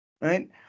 right